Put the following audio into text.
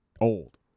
old